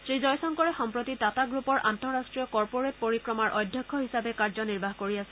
শ্ৰীজয়শংকৰে সম্প্ৰতি টাটা গ্ৰুপৰ আন্তঃৰাষ্ট্ৰীয় কৰ্পৰেট পৰিক্ৰমাৰ অধ্যক্ষ হিচাপে কাৰ্যনিৰ্বাহ কৰি আছে